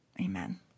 Amen